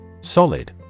Solid